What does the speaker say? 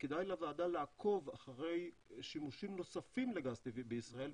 שכדאי לוועדה לעקוב אחרי שימושים נוספים לגז טבעי בישראל,